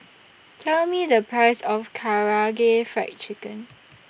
Tell Me The Price of Karaage Fried Chicken